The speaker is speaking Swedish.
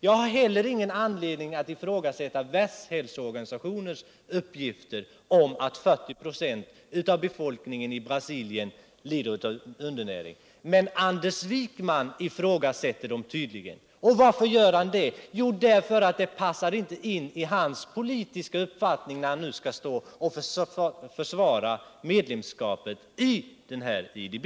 Jag har heller ingen anledning att ifrågasätta världshälsoorganisationens uppgifter om att 40 96 av befolkningen i Brasilien lider av undernäring. Men Anders Wijkman ifrågasätter dem tydligen. Och varför? Jo, därför att de uppgifterna inte passar in i hans politiska uppfattning när han nu skall försvara medlemskapet i IDB.